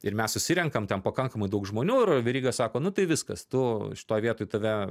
ir mes susirenkam ten pakankamai daug žmonių ir veryga sako nu tai viskas tu šitoj vietoj tave